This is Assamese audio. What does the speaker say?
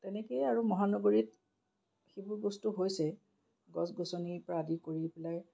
তেনেকৈয়ে আৰু মহানগৰীত সেইবোৰ বস্তু হৈছেই গছ গছনিৰপৰা আদি কৰি পেলাই